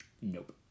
Nope